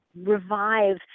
revive